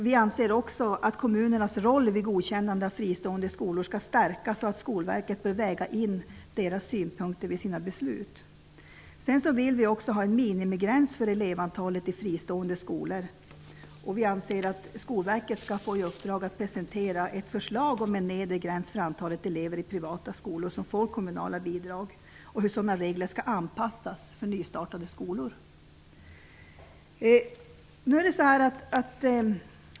Vi anser också att kommunernas roll vid godkännande av fristående skolor skall stärkas och att Skolverket bör väga in deras synpunkter vid sina beslut. Vi vill också ha en minimigräns för elevantalet i fristående skolor. Vi anser att Skolverket skall få i uppdrag att presentera ett förslag om en nedre gräns för antalet elever i privata skolor som får kommunala bidrag och hur sådana regler skall anpassas för nystartade skolor.